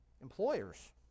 Employers